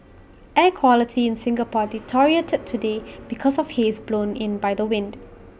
air quality in Singapore deteriorated today because of haze blown in by the wind